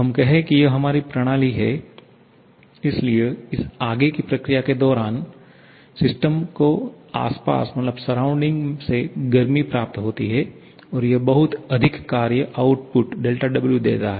हम कहें कि यह हमारी प्रणाली है इसलिए इस आगे की प्रक्रिया के दौरान सिस्टम को आसपास से गर्मी प्राप्त होती है और यह बहुत अधिक कार्य आउटपुट देता है